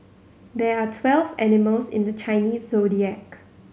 there are twelve animals in the Chinese Zodiac